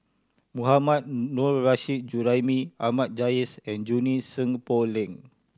Mohammad Nurrasyid Juraimi Ahmad Jais and Junie Sng Poh Leng